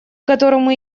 которому